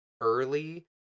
early